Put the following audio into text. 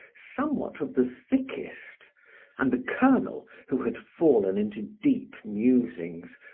somewhat of the thickest and the colonel, who had fallen into deep musings,